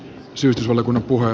silti ole kun on puhe